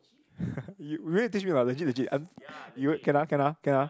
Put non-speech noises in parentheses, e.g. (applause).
(laughs) you will you teach me or not legit legit I'm you can ah can ah can ah